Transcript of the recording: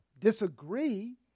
disagree